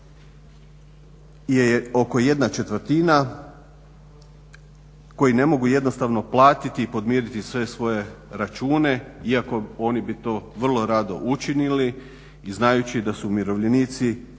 njih je oko jedna četvrtina koji ne mogu jednostavno platiti i podmiriti sve svoje račune iako oni bi to vrlo rado učinili i znajući da su umirovljenici ti koji